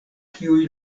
kiuj